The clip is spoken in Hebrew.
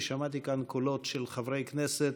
כי שמעתי כאן קולות של חברי כנסת: